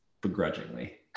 begrudgingly